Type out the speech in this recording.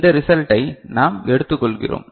இந்த ரிசல்டை நாம் எடுத்துக்கொள்கிறோம்